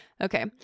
Okay